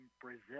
Brazil